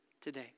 today